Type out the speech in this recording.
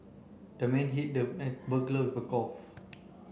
the man hit the burglar with a golf